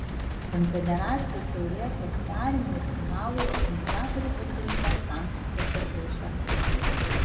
konfederacijų taurės atidarymui ir finalui organizatoriai pasirinko sankt peterburgą